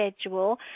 schedule